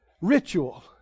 ritual